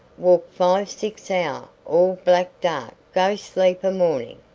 walk five six hour all black dark go sleep a morning.